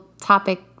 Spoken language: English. topic